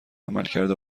عملکرد